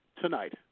tonight